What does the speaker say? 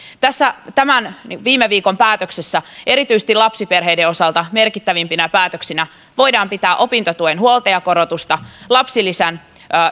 tässä viime viikon päätöksessä erityisesti lapsiperheiden osalta merkittävimpinä päätöksinä voidaan pitää opintotuen huoltajakorotusta lapsilisän